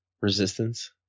Resistance